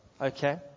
Okay